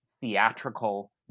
theatrical